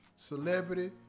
celebrity